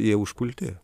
jie užpulti